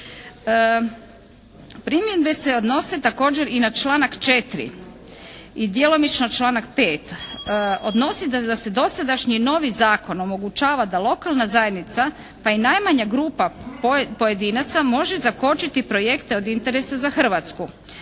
Primjedbe se odnose također i na članak 4. i djelomično članak 5. Odnosi da se dosadašnji novi zakon omogućava da lokalna zajednica, pa i najmanja grupa pojedinaca može zakočiti projekte od interesa za Hrvatsku.